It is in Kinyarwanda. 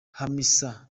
hamisa